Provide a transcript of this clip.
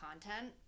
content